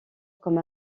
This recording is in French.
comme